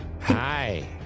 Hi